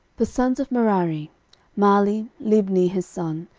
the sons of merari mahli, libni his son,